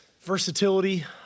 versatility